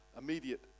immediate